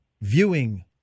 viewing